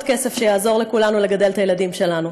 כסף שיעזור לכולנו לגדל את הילדים שלנו.